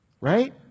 Right